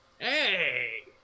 Hey